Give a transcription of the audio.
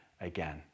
again